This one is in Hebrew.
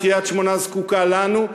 קריית-שמונה זקוקה לנו,